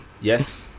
Yes